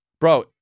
Bro